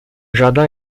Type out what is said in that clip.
jardin